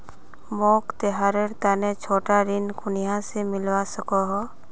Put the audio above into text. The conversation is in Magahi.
मोक त्योहारेर तने छोटा ऋण कुनियाँ से मिलवा सको हो?